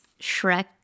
Shrek